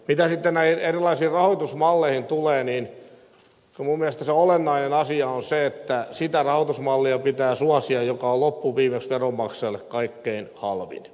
mitä sitten näihin erilaisiin rahoitusmalleihin tulee niin minun mielestäni olennainen asia on se että sitä rahoitusmallia pitää suosia joka on loppuviimeksi veronmaksajalle kaikkein halvin